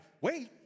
Wait